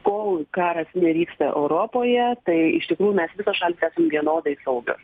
kol karas nevyksta europoje tai iš tikrųjų mes visos šalys vienodai saugios